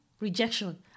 rejection